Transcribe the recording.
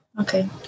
Okay